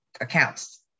accounts